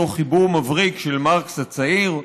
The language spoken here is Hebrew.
אותו חיבור מבריק של מרקס הצעיר,